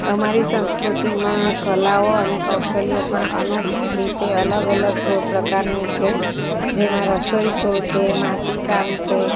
અમારી સંસ્કૃતિમાં કલાઓ અને કૌશલ્યો પણ અનેક રીતે અલગ અલગ પ્રકારની છે જેમાં રસોઈ શો છે માટીકામ છે